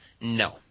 No